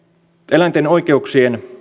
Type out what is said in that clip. eläinten oikeuksien